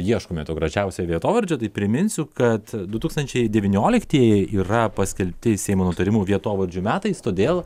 ieškome to gražiausio vietovardžio tai priminsiu kad du tūkstančiai devynioliktieji yra paskelbti seimo nutarimu vietovardžių metais todėl